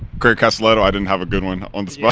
great castellitto. i didn't have a good one on the spot.